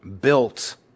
built